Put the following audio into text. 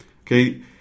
Okay